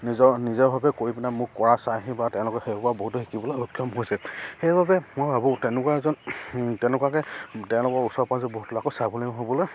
নিজৰ নিজৰভাৱে কৰি পিনে মোক কৰা চাইহি বা তেওঁলোকে সেইবোৰপা বহুতো শিকিবলৈ সক্ষম হৈছে সেইবাবে মই ভাবোঁ তেনেকুৱা এজন তেনেকুৱাকৈ তেওঁলোকৰ ওচৰে পাজৰে বহুত লাগে স্বাৱলম্বী হ'বলৈ